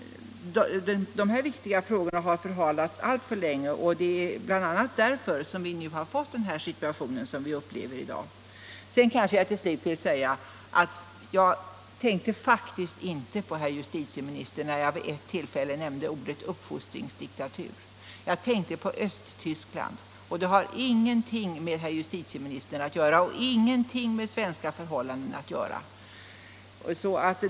Dessa viktiga frågor har förhalats alltför länge, och det är bl.a. därför vi nu har fått den situation som vi upplever i dag. Till slut vill jag säga att jag faktiskt inte tänkte på herr justitieministern när jag vid ett tillfälle nämnde ordet uppfostringsdiktatur. Jag tänkte på Östtyskland. Det hade ingenting med herr justitieministern och ingenting med svenska förhållanden att göra.